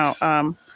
No